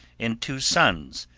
and two sons,